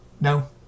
No